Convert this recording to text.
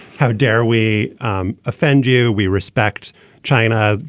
how dare we um offend you we respect china.